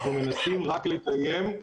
אנחנו מנסים רק לקיים,